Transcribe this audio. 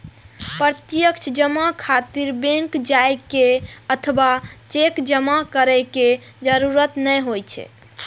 प्रत्यक्ष जमा खातिर बैंक जाइ के अथवा चेक जमा करै के जरूरत नै होइ छै